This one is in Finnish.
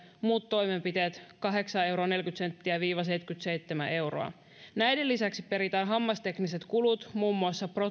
muut toimenpiteet kahdeksan pilkku neljäkymmentä viiva seitsemänkymmentäseitsemän euroa näiden lisäksi peritään hammastekniset kulut muun muassa